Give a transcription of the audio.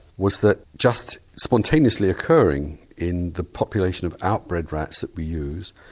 was that just spontaneously occurring in the population of out-bred rats that we used,